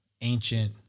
ancient